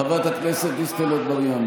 חברת הכנסת דיסטל אטבריאן,